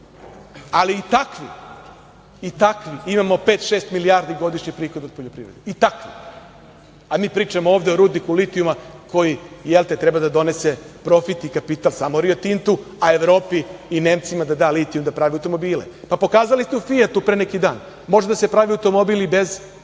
ali i takvi imamo pet, šest milijardi godišnje prihoda od poljoprivrede, i takvi, a mi pričamo ovde o rudniku litijuma koji treba da donese profit i kapital samo „Rio Tintu“, a Evropi i Nemcima da da litijum da prave automobile. Pokazali ste u „Fijatu“ pre neki dan da može da se pravi automobil i bez toga